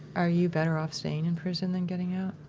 are you better off staying in prison than getting out?